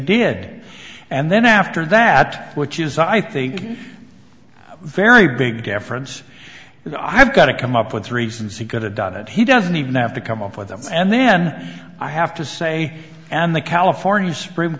did and then after that which is i think very big difference and i have got to come up with reasons he could have done it he doesn't even have to come up with them and then i have to say and the california supreme